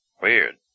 Weird